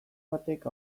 batek